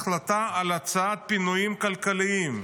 החלטה על הצעת פינויים כלכליים.